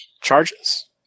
charges